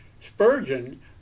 Spurgeon